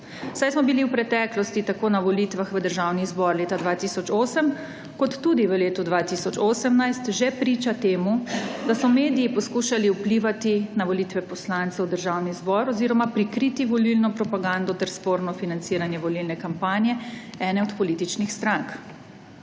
saj smo bili v preteklosti tako na volitvah v Državnih zbor leta 2008, kot tudi v letu 2018, že priča temu, da so mediji poskušali vplivati na volitve poslancev v Državni zbor oziroma prikriti volilno propagando ter sporno financiranje volilne kampanje ene od političnih strank.